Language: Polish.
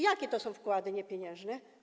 Jakie to są wkłady niepieniężne?